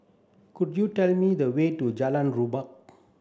could you tell me the way to Jalan Rukam